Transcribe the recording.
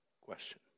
question